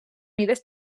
mides